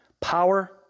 Power